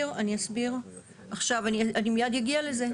אני אסביר, עכשיו אני מיד אגיע לזה.